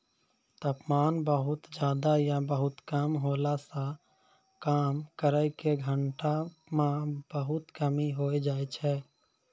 तापमान बहुत ज्यादा या बहुत कम होला सॅ काम करै के घंटा म बहुत कमी होय जाय छै